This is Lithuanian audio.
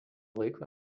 laiko